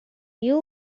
you